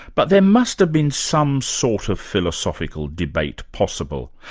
but there must have been some sort of philosophical debate possible.